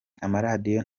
amaradiyo